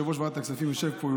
יושב-ראש ועדת הכספים יושב פה,